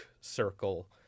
circle